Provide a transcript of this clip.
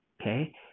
okay